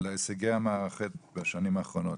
בשנים האחרונות